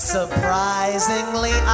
Surprisingly